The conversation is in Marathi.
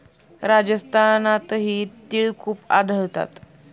राजस्थानातही तिळ खूप आढळतात